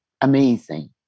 amazing